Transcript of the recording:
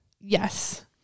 Yes